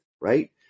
right